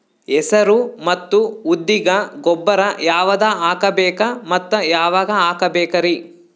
ಹೆಸರು ಮತ್ತು ಉದ್ದಿಗ ಗೊಬ್ಬರ ಯಾವದ ಹಾಕಬೇಕ ಮತ್ತ ಯಾವಾಗ ಹಾಕಬೇಕರಿ?